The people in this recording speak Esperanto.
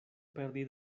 perdi